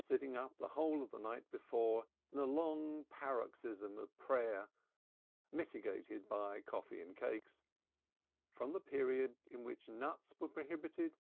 sitting up the whole of the night before in a long paroxysm of prayer mitigated by coffee and cakes from the period in which nuts were prohibited